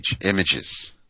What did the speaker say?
images